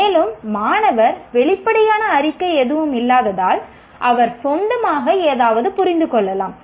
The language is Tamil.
மேலும் மாணவர் வெளிப்படையான அறிக்கை எதுவும் இல்லாததால் அவர் சொந்தமாக ஏதாவது புரிந்து கொள்ளலாம்